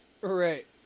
Right